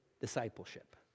discipleship